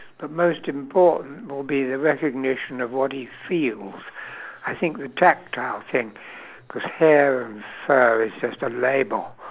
but most important will be the recognition of what he feels I think a tactile thing cause hair and fur is just a label